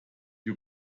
you